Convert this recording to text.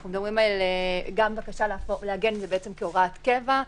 אנחנו מדברים גם על בקשה לעגן את זה כהוראת קבע,